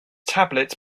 tablets